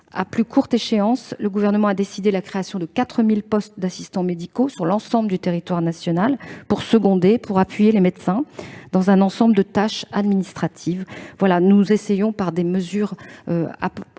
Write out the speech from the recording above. À plus courte échéance, le Gouvernement a décidé la création de 4 000 postes d'assistants médicaux sur l'ensemble du territoire national, pour seconder et appuyer les médecins dans un ensemble de tâches administratives. Nous essayons donc de prendre